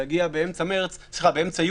להגיע באמצע יוני